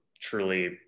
truly